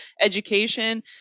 education